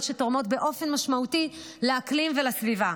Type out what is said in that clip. שתורמות באופן משמעותי לאקלים ולסביבה.